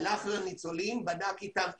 הלך לניצולים ובדק אתם אישית.